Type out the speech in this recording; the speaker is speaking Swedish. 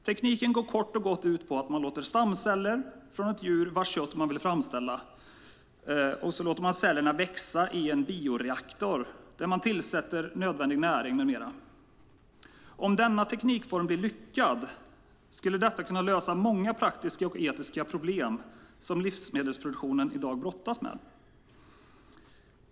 Tekniken går kort och gott ut på att man tar stamceller från ett djur vars kött man vill framställa och låter cellerna växa i en bioreaktor där man tillsätter nödvändig näring med mera. Om denna teknikform blir lyckad skulle det kunna lösa många praktiska och etiska problem som livsmedelsproduktionen i dag brottats med.